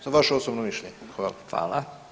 Sad vaše osobno mišljenje, hvala.